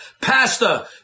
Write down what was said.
Pastor